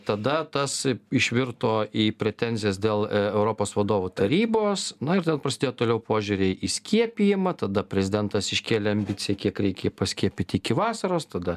tada tas išvirto į pretenzijas dėl europos vadovų tarybos na ir ten prasidėjo toliau požiūriai į skiepijamą tada prezidentas iškėlė ambiciją kiek reikia paskiepyti iki vasaros tada